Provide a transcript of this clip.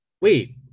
Wait